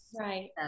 Right